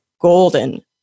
golden